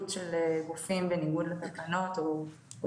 אז